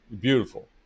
Beautiful